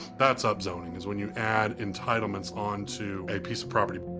that's upzoning, is when you add entitlements onto a piece of property.